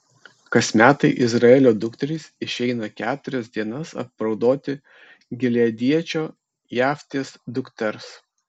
kas metai izraelio dukterys išeina keturias dienas apraudoti gileadiečio jeftės dukters